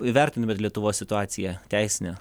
įvertintumėt lietuvos situaciją teisinę